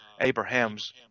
Abraham's